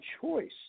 choice